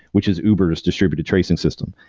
which is uber s distributed tracing system.